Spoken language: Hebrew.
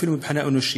אפילו מבחינה אנושית.